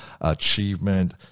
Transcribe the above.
achievement